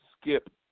Skip